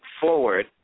forward